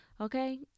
okay